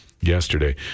yesterday